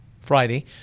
Friday